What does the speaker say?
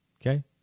Okay